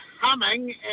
humming